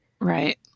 Right